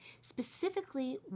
specifically